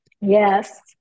Yes